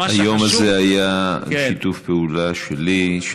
היום הזה היה בשיתוף פעולה שלי,